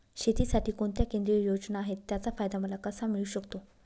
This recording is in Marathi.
शेतीसाठी कोणत्या केंद्रिय योजना आहेत, त्याचा फायदा मला कसा मिळू शकतो?